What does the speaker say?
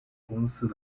公司